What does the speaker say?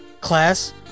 Class